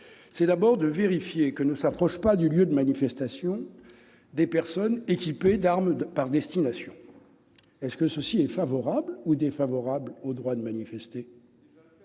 vise d'abord à vérifier que ne s'approchent pas du lieu de manifestation des personnes équipées d'armes par destination. Est-ce favorable ou défavorable au droit de manifester ?